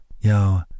Yo